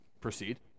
proceed